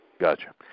Gotcha